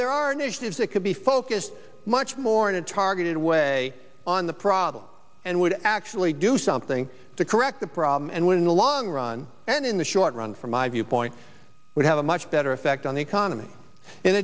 there are negatives it could be focused much more in a targeted way on the problem and would actually do something to correct the problem and win in the long run and in the short run from my viewpoint would have a much better effect on the economy in